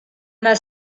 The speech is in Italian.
una